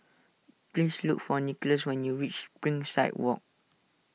please look for Nicholas when you reach Springside Walk